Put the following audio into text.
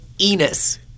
Enos